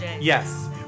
Yes